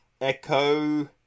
Echo